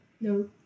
No